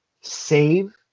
save